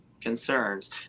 Concerns